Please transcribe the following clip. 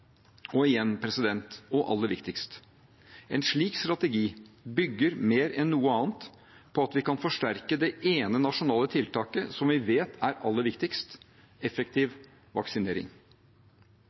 Og igjen – og aller viktigst: En slik strategi bygger mer enn noe annet på at vi kan forsterke det ene nasjonale tiltaket som vi vet er aller viktigst: effektiv